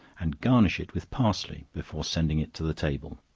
and garnish it with parsley before sending it to the table.